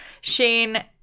Shane